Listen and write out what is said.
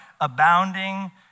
abounding